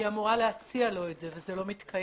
היא אמורה להציע לו את זה, וזה לא מתקיים.